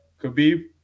Khabib